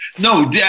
No